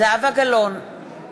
זהבה גלאון, נגד